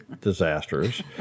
disasters